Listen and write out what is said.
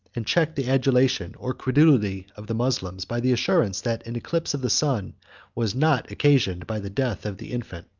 and checked the adulation or credulity of the moslems, by the assurance that an eclipse of the sun was not occasioned by the death of the infant.